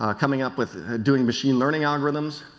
coming up with doing machine learning algorithms,